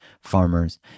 farmers